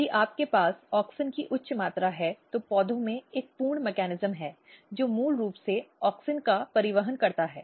यदि आपके पास ऑक्सिन की उच्च मात्रा है तो पौधों में एक पूर्ण मेकॅनिज्म है जो मूल रूप से ऑक्सिन का परिवहन करता है